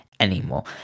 Anymore